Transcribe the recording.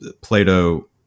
Plato